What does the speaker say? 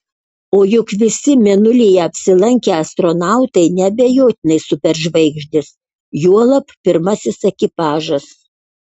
o juk visi mėnulyje apsilankę astronautai neabejotinai superžvaigždės juolab pirmasis ekipažas